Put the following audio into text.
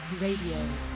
radio